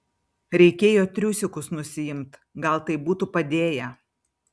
reikėjo triusikus nusiimt gal tai būtų padėję